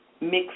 mix